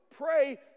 pray